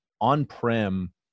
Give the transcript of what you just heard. On-prem